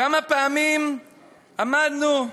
כמה פעמים אמרנו?